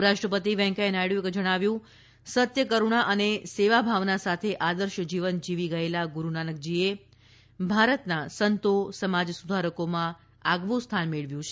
ઉપરાષ્ટ્રપતિ વેંકૈયા નાયડુએ જણાવ્યું છે કે સત્ય કરૃણા અને સેવાભાવના સાથે આદર્શ જીવન જીવી ગયેલા ગુરૂ નાનકજીએ ભારતના સંતો સમાજસુધારકીમાં આગવું સ્થાન મેળવ્યું છે